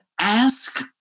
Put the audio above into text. ask